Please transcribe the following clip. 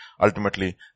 ultimately